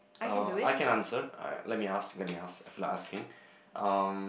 uh I can answer let me ask let me ask I feel like asking um